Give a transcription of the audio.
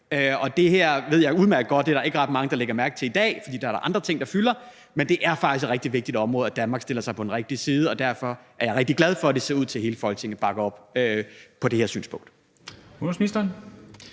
Og jeg ved udmærket godt, at der ikke er ret mange, der lægger mærke til det i dag, fordi der er andre ting, der fylder, men det er faktisk rigtig vigtigt, at Danmark stiller sig på den rigtige side. Derfor er jeg rigtig glad for, at det ser ud til, at hele Folketinget bakker op om det her synspunkt.